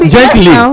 Gently